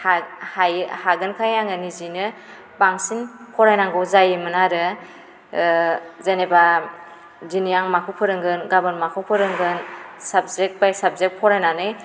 हायो हागोनखाय आङो निजिनो बांसिन फरायनांगौ जायोमोन आरो जेनेबा दिनै आं माखौ फोरोंगोन गाबोन माखौ फोरोंगोन साबजेक्ट बाइ साबजेक्ट फरायनानै